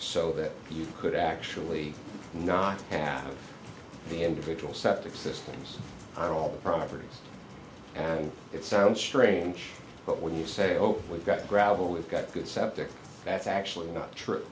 so that you could actually not have the individual septic systems are all the property and it sounds strange but when you say ok we've got gravel we've got good septic that's actually not true